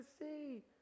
see